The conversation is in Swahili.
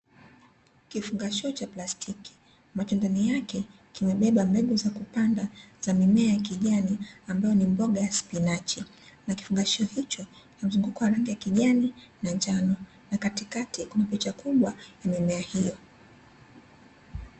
Kifungashio cha plastiki ambacho ndani yake kimebeba mbegu za kupanda za mimea ya kijani, ambayo ni mboga ya spinachi na kifungashio icho kimezungukwa na rangi ya kijani na njano na katikati kuna picha kubwa ya mimea hiyo.